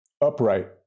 Upright